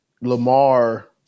Lamar